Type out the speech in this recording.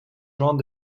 gens